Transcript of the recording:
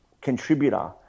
contributor